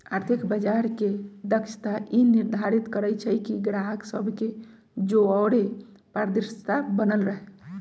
आर्थिक बजार के दक्षता ई निर्धारित करइ छइ कि गाहक सभ के जओरे पारदर्शिता बनल रहे